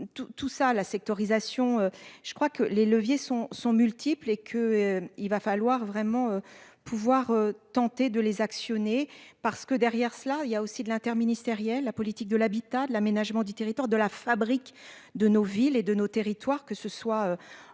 tout ça la sectorisation. Je crois que les leviers sont sont multiples et que il va falloir vraiment pouvoir tenter de les actionner parce que derrière cela il y a aussi de l'interministériel, la politique de l'habitat, de l'aménagement du territoire de la Fabrique de nos villes et de nos territoires. Que ce soit en milieu